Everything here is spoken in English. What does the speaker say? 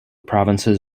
provinces